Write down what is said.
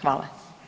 Hvala.